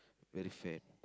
very fat